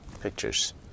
pictures